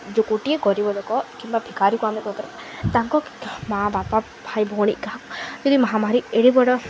ଯେଉଁ ଗୋଟିଏ ଗରିବ ଲୋକ କିମ୍ବା ଭିକାରିକୁ ଆମେ ତାଙ୍କ ମା' ବାପା ଭାଇ ଭଳି କାହା ଯଦି ମହାମାରୀ ଏଡ଼େ ବଡ଼